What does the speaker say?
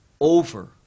over